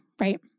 Right